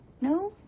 No